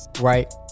Right